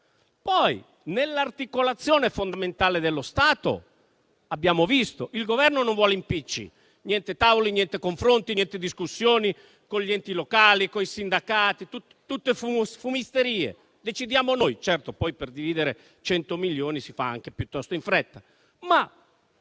poi, nell'articolazione fondamentale dello Stato, abbiamo visto il Governo che non vuole impicci, niente tavoli, niente confronti, niente discussioni con gli enti locali o con i sindacati; tutte fumisterie, dicono di voler decidere loro. Certo, poi per dividere 100 milioni si fa anche piuttosto in fretta. Dal